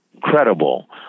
credible